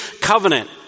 covenant